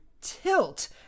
tilt